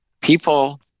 People